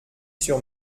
sur